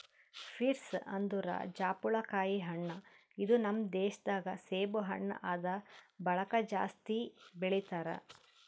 pears ಅಂದುರ್ ಜಾಪುಳಕಾಯಿ ಹಣ್ಣ ಇದು ನಮ್ ದೇಶ ದಾಗ್ ಸೇಬು ಹಣ್ಣ ಆದ್ ಬಳಕ್ ಜಾಸ್ತಿ ಬೆಳಿತಾರ್